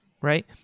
Right